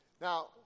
Now